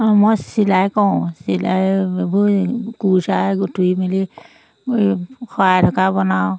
অঁ মই চিলাই কৰোঁ চিলাইবোৰ কুৰ্চাই গুঠি মেলি শৰাই ঢকা বনাওঁ